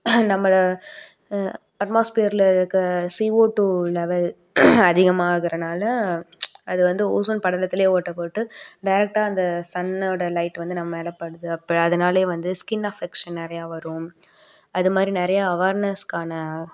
நம்ம அட்மாஸ்பியரில் இருக்க சிஓ டூ லெவல் அதிகமாகறதுனால அது வந்து ஓசோன் படலத்துலேயே ஓட்டை போட்டு டைரக்ட்டாக அந்த சன்னோட லைட் வந்து நம் மேலே படுது அப்போ அதனாலேயே வந்து ஸ்கின் அஃபக்ஸன் நிறைய வரும் அது மாதிரி நிறைய அவார்னஸுக்கான